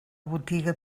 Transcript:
botiga